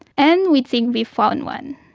and we think we've found one.